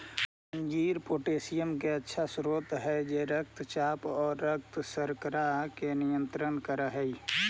अंजीर पोटेशियम के अच्छा स्रोत हई जे रक्तचाप आउ रक्त शर्करा के नियंत्रित कर हई